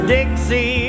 Dixie